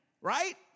right